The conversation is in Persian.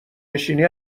نشینی